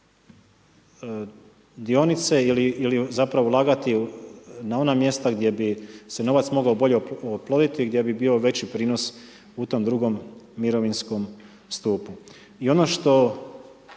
dionice ili zapravo ulagati na ona mjesta gdje bi se novac mogao bolje oploditi, gdje bi bio veći prinos u tom drugom mirovinskom stupu. I ono što